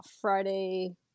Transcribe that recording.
Friday